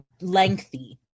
lengthy